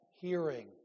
hearing